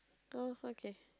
oh okay